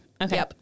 Okay